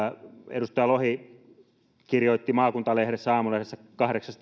edustaja lohi kirjoitti maakuntalehti aamulehdessä kahdeksas